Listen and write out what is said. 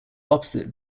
opposite